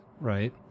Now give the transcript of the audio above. right